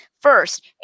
first